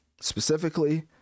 specifically